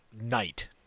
night